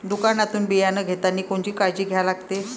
दुकानातून बियानं घेतानी कोनची काळजी घ्या लागते?